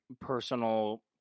personal